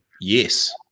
Yes